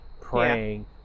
praying